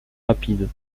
rapide